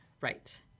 right